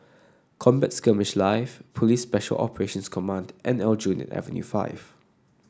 Combat Skirmish Live Police Special Operations Command and Aljunied Avenue Five